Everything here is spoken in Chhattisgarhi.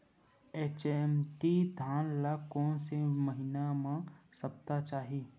एच.एम.टी धान ल कोन से महिना म सप्ता चाही?